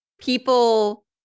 people